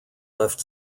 left